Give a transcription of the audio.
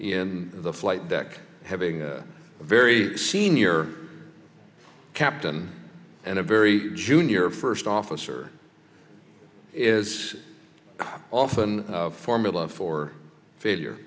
in the flight deck having a very senior captain and a very junior first officer is often a formula for failure